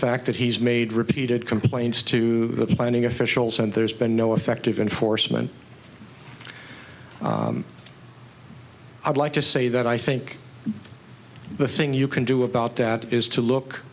fact that he's made repeated complaints to the planning officials and there's been no effective enforcement i'd like to say that i think the thing you can do about that is to look